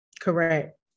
Correct